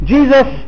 Jesus